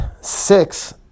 Six